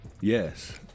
yes